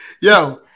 Yo